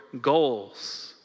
goals